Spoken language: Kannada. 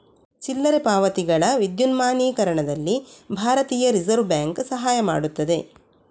ಚಿಲ್ಲರೆ ಪಾವತಿಗಳ ವಿದ್ಯುನ್ಮಾನೀಕರಣದಲ್ಲಿ ಭಾರತೀಯ ರಿಸರ್ವ್ ಬ್ಯಾಂಕ್ ಸಹಾಯ ಮಾಡುತ್ತದೆ